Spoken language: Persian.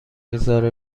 میذاره